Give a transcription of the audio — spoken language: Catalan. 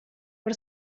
per